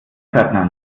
pförtner